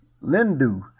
Lindu